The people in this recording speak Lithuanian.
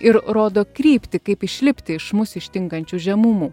ir rodo kryptį kaip išlipti iš mus ištinkančių žemumų